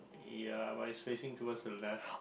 ya but it's facing towards the left